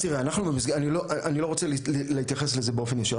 אז תראי, אני לא רוצה להתייחס לזה באופן ישיר.